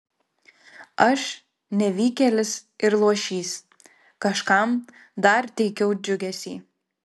aš nevykėlis ir luošys kažkam dar teikiau džiugesį